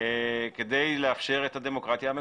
כדי לאפשר את מהדמוקרטיה המקומית.